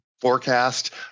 forecast